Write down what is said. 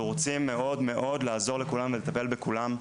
רוצים מאוד מאוד לעזור לכולם ולטפל בכולם.